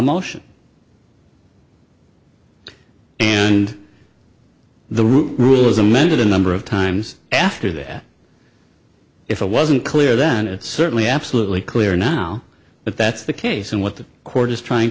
motion and the rule is amended a number of times after that if it wasn't clear then it's certainly absolutely clear now that that's the case and what the court is trying